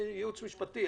הייעוץ המשפטי?